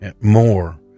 more